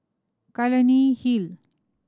Clunny Hill